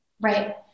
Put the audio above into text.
Right